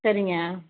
சரிங்க